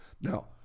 Now